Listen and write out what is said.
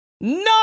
no